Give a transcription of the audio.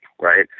right